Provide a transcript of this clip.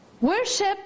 Worship